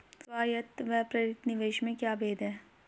स्वायत्त व प्रेरित निवेश में क्या भेद है?